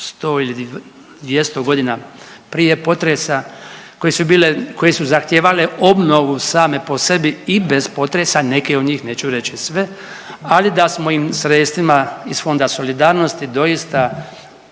100. ili 200.g. prije potresa, koje su bile, koje su zahtijevale obnovu same po sebi i bez potresa, neke od njih neću reći sve, ali da smo im sredstvima iz Fonda solidarnosti doista